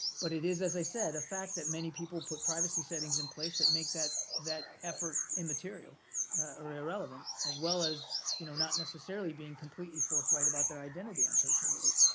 but it is, as i said, a fact that many people put privacy settings in place that make that that effort immaterial or irrelevant as well as you know not necessarily being completely forthright about their identity on social media.